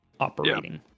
operating